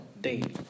daily